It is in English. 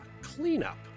cleanup